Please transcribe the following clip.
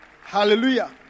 Hallelujah